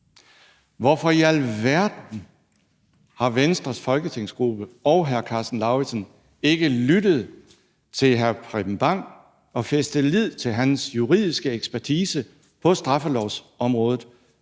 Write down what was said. Hvorfor i alverden har Venstres folketingsgruppe og hr. Karsten Lauritzen ikke lyttet til hr. Preben Bang Henriksen og fæstet lid til hans juridiske ekspertise på straffelovsområdet